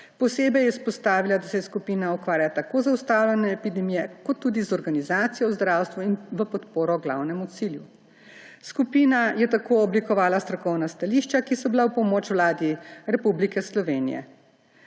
Posebej je izpostavila, da se je skupina ukvarjala tako z ustavljanjem epidemije kot tudi z organizacijo v zdravstvu in v podporo glavnemu cilju. Skupina je tako oblikovala strokovna stališča, ki so bila v pomoč Vladi Republike Slovenije.